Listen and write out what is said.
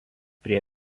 prie